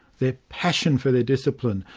their passion for their discipline,